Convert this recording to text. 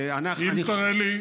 אם תראה לי,